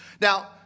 Now